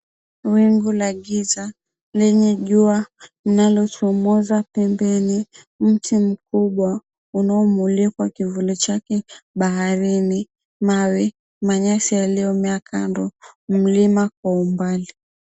Wingu la giza lenye jua linalochomoza pembeni, mti mkubwa unaomulikwa kivuli chake baharini , mawe, manyasi yaliyomea kando, mlima kwa umbali.